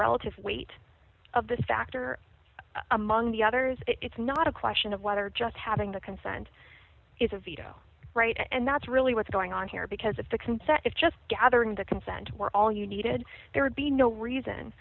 relative weight of this factor among the others it's not a question of whether just having the consent is a veto right and that's really what's going on here because if it's just gathering the consent were all you needed there would be no reason